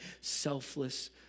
selfless